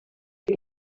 que